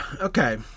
okay